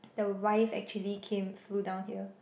the wife actually came flew down here